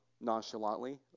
nonchalantly